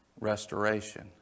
restoration